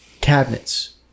cabinets